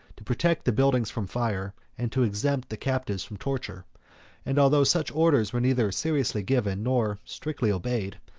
to protect the buildings from fire, and to exempt the captives from torture and although such orders were neither seriously given, nor strictly obeyed,